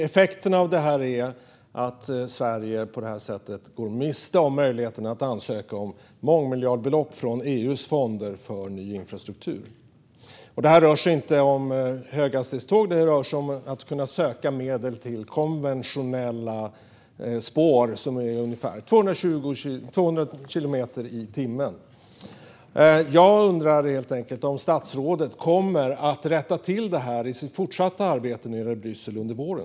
Effekterna av det är att Sverige går miste om möjligheten att ansöka om mångmiljardbelopp från EU:s fonder för ny infrastruktur. Det här rör sig inte om höghastighetståg utan om att kunna söka medel till konventionella spår för trafik som går i ungefär 200 kilometer i timmen. Jag undrar om statsrådet kommer att rätta till detta i sitt fortsatta arbete i Bryssel under våren.